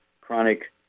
chronic